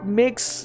makes